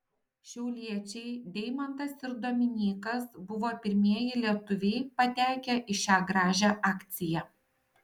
šiauliečiai deimantas ir dominykas buvo pirmieji lietuviai patekę į šią gražią akciją